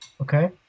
Okay